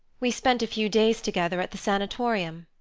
we spent a few days together at the sanatorium.